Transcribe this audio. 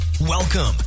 Welcome